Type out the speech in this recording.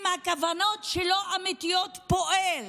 אם הכוונות שלו אמיתיות, פועל.